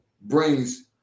brings